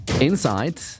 Inside